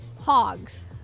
hogs